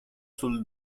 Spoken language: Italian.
sul